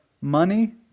money